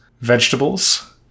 Vegetables